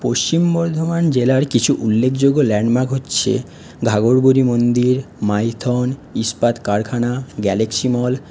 পশ্চিম বর্ধমান জেলার কিছু উল্লেখযোগ্য ল্যান্ডমার্ক হচ্ছে ঘাঘর বুড়ি মন্দির মাইথন ইস্পাত কারখানা গ্যালেক্সি মল